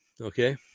Okay